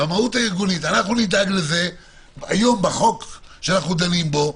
אנחנו נדאג לזה היום בחוק שאנחנו דנים בו,